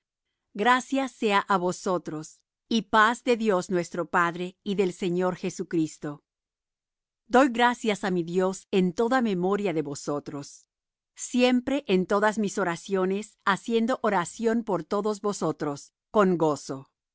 gracia sea á vosotros y paz de dios nuestro padre y del señor jesucristo doy gracias á mi dios en toda memoria de vosotros siempre en todas mis oraciones haciendo oración por todos vosotros con gozo